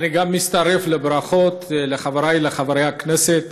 אני גם מצטרף לברכות לחברי, לחברי הכנסת